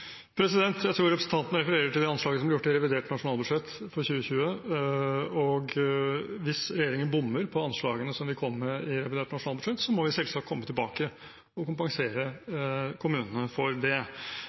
Jeg tror representanten Sivertsen refererer til det anslaget som er gjort i revidert nasjonalbudsjett for 2020, og hvis regjeringen bommer på anslagene som vi kom med i revidert nasjonalbudsjett, må vi selvsagt komme tilbake og kompensere